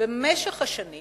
במשך השנים